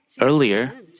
Earlier